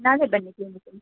ನಾಳೆ ಬನ್ನಿ ಕ್ಲಿನಿಕಿಗೆ